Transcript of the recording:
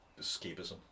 escapism